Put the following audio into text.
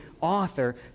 author